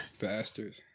bastards